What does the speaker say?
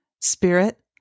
Spirit